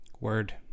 word